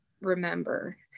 remember